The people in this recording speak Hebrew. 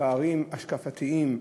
פערים השקפתיים,